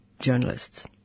journalists